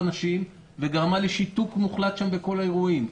אנשים וגרמה לשיתוק מוחלט שם בכל האירועים.